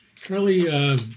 Charlie